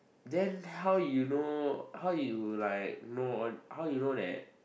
then how you know how you like know all how you know that